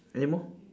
anymore